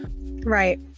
Right